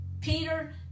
Peter